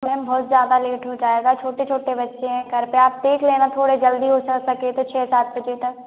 ma'am बहुत ज़्यादा late हो जाएगा छोटे छोटे बच्चे हैं घर पर आप देख लेना थोड़ी जल्दी हो सके तो छः सात बजे तक